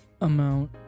amount